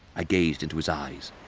i gazed into his eyes,